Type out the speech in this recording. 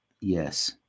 Yes